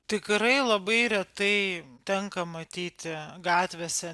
tikrai labai retai tenka matyti gatvėse